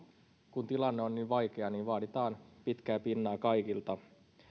kun tilanne on niin vaikea niin vaaditaan pitkää pinnaa kaikilta